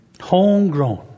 homegrown